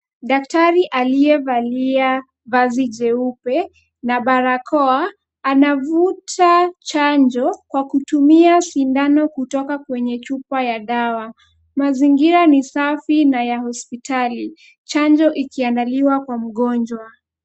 Daktari aliyevalia vazi jeupe na barakoa anavuta chanjo kwa kutumia sindano kutoka kwenye chupa ya dawa. Mazingira ni safi na ya hospitali chanjo ikiangaliwa kwa mgonjwa.